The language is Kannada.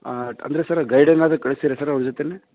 ಹಾಂ ಅಂದರೆ ಸರ್ ಗೈಡ್ ಏನಾದರು ಕಳಿಸ್ತೀರ ಸರ್ ಅವ್ರ ಜೊತೆ